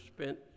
spent